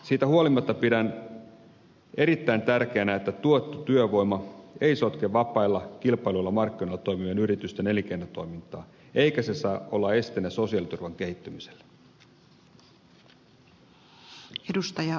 siitä huolimatta pidän erittäin tärkeänä että tuettu työvoima ei sotke vapailla kilpailuilla markkinoilla toimivien yritysten elinkeinotoimintaa eikä se saa olla esteenä sosiaaliturvan kehittymiselle